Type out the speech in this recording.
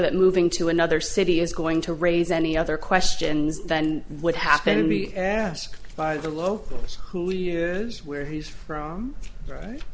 that moving to another city is going to raise any other questions than what happened to be asked by the locals who liers where he's from right